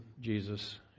Jesus